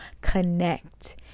connect